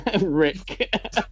Rick